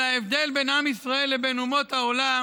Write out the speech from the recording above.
אלא שההבדל בין עם ישראל לבין אומות העולם